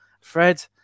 Fred